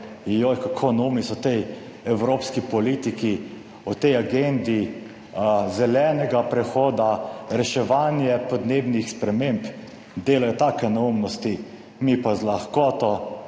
joj, kako neumni so tej evropski politiki. V tej agendi zelenega prehoda, reševanje podnebnih sprememb delajo take neumnosti, mi pa z lahkoto